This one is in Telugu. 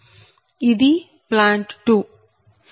ఇది ప్లాంట్ 2